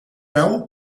nau